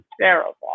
terrible